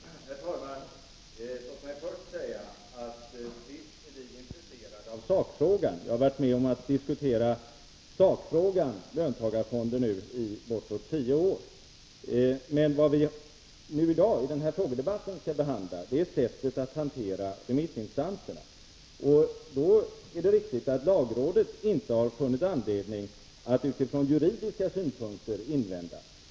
Herr talman! Låt mig först säga att vi visst är intresserade av sakfrågan. Jag har varit med om att diskutera sakfrågan löntagarfonder i bortåt tio år nu. Men vad vi i dag i denna frågedebatt skall behandla är sättet att hantera remissinstanserna. Då är det riktigt att lagrådet inte har funnit anledning att utifrån juridiska synpunkter invända.